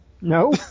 no